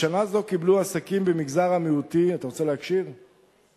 בשנה זו קיבלו העסקים במגזר המיעוטים הלוואות